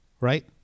right